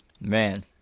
Man